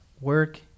work